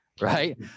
right